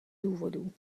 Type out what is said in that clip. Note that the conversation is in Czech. důvodů